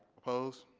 opposed?